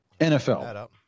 NFL